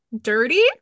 dirty